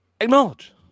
Acknowledge